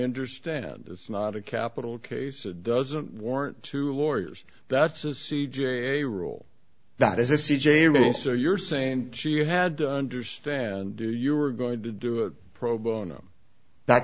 understand it's not a capital case it doesn't warrant to lawyers that's a c j rule that is a c j really so you're saying she had to understand do you were going to do a pro bono that's